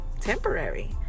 temporary